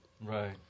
Right